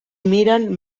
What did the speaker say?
miren